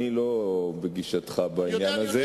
אני לא בגישתך בעניין הזה,